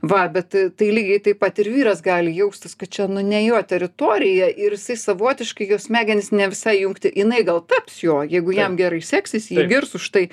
va bet ta tai lygiai taip pat ir vyras gali jaustis kad čia nu ne jo teritorija ir jisai savotiškai jo smegenys ne visai įjungti jinai gal taps jo jeigu jam gerai seksis jį girs už tai